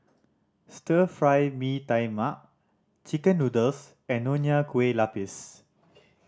Stir Fry Mee Tai Mak chicken noodles and Nonya Kueh Lapis